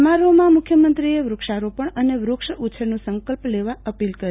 સમારોહમાં મુખ્યમંત્રીએ વક્ષરોપણ અને વૃક્ષ ઉછેરનો સંકલ્પ લેવા અપીલ કરી